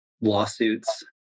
lawsuits